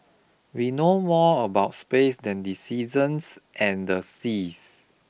we know more about space than the seasons and the seas